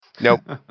nope